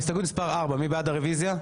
הסתייגות מספר 41, מי בעד הרביזיה?